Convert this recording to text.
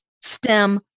STEM